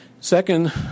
Second